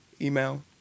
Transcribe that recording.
email